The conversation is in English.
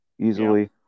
easily